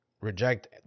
reject